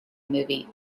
movie